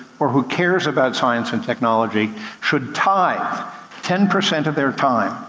or who cares about science and technology should tithe ten percent of their time,